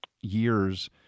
years